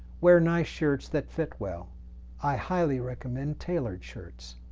wear nice shirts that fit well i highly recommend tailored shirts.